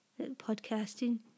Podcasting